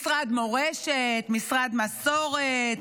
משרד מורשת, משרד מסורת,